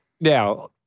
Now